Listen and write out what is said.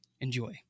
enjoy